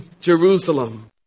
Jerusalem